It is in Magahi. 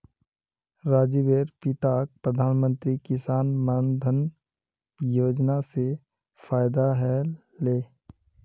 राजीवेर पिताक प्रधानमंत्री किसान मान धन योजना स फायदा ह ले